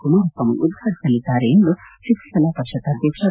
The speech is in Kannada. ಕುಮಾರಸ್ವಾಮಿ ಉದ್ಘಾಟಸಲಿದ್ದಾರೆ ಎಂದು ಚಿತ್ರಕಲಾ ಪರಿಷತ್ ಅಧ್ಯಕ್ಷ ಬಿ